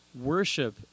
Worship